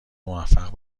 موفق